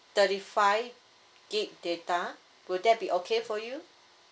thirty five gig data will that be okay for you